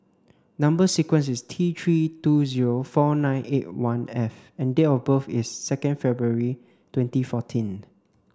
number sequence is T three two zero four nine eight one F and date of birth is second February twenty fourteen